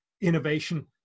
Innovation